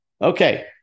Okay